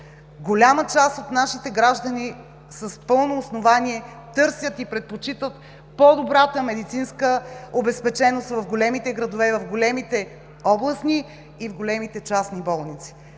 Голяма част от нашите граждани с пълно основание търсят и предпочитат по-добрата медицинска обезпеченост в големите градове – в големите общински и частни болници.